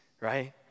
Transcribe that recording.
Right